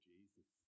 Jesus